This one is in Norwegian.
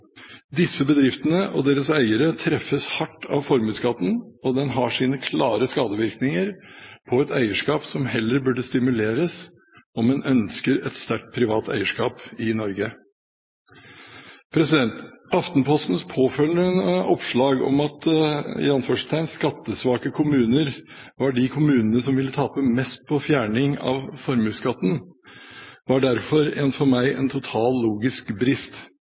Disse bedriftene og deres eiere treffes hardt av formuesskatten, og den har sine klare skadevirkninger på et eierskap som heller burde stimuleres, om en ønsker et sterkt privat eierskap i Norge. Aftenpostens påfølgende oppslag om at skattesvake kommuner var de kommunene som ville tape mest på fjerning av formuesskatten, var derfor for meg en total logisk brist.